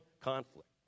conflict